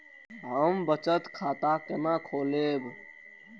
हम बचत खाता केना खोलैब?